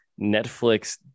Netflix